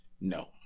No